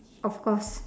of course